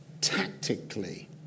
tactically